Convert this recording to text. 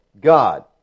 God